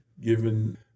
given